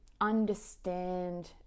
understand